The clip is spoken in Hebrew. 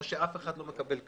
או אף אחד לא מקבל כלום.